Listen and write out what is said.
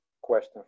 question